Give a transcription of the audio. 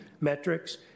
metrics